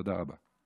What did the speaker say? תודה רבה.